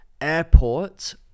airport